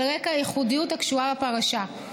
על רקע הייחודיות הקשורה בפרשה.